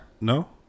no